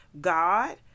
God